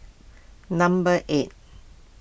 number eight